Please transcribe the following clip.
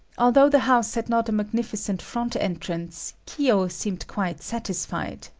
although the house had not a magnificent front entrance, kiyo seemed quite satisfied,